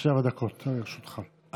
יעקב אשר ויצחק פינדרוס,